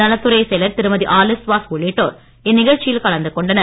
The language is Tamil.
நலத்துறை செயலர் திருமதி ஆலிஸ் வாஸ் உள்ளிட்டோர் இந்நிகழ்ச்சியில் கலந்து கொண்டனர்